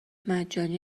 مجانی